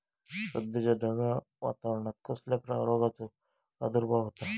सध्याच्या ढगाळ वातावरणान कसल्या रोगाचो प्रादुर्भाव होता?